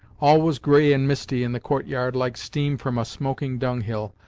all was grey and misty in the courtyard, like steam from a smoking dunghill,